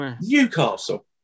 Newcastle